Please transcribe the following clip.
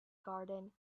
garden